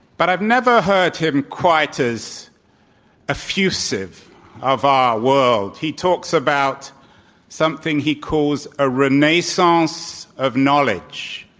but i've never heard him quite as effusive of our world. he talks about something he calls a renaissance of knowledge.